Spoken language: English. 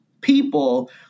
people